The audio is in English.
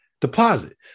deposit